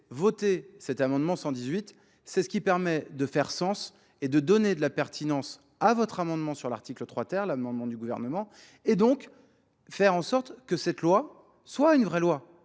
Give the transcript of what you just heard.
voter cet amendement 118, c'est ce qui permet de faire sens et de donner de la pertinence à votre amendement sur l'article 3 terre, l'amendement du gouvernement, et donc faire en sorte que cette loi soit une vraie loi.